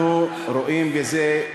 אנחנו רואים את זה,